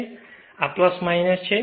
તેથી આ છે